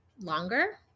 longer